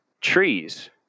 trees